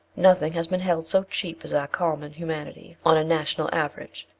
nothing has been held so cheap as our common humanity, on a national average.